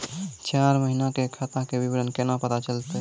चार महिना के खाता के विवरण केना पता चलतै?